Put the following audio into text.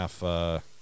half